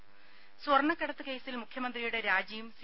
രുമ സ്വർണ്ണക്കടത്ത് കേസിൽ മുഖ്യമന്ത്രിയുടെ രാജിയും സി